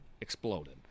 exploded